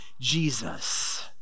Jesus